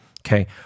okay